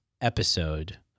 episode